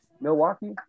Milwaukee